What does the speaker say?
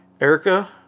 Erica